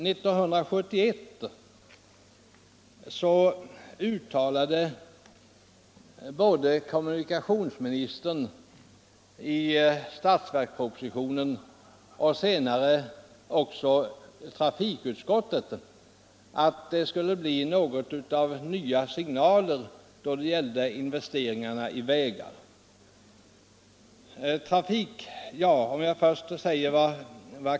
1971 uttalade kommunikationsministern i statsverkspropositionen och senare även trafikutskottet att det skulle bli något av nya signaler i fråga om väginvesteringarna.